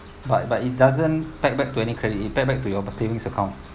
but but it doesn't pay back to any credit it pay back to your savings account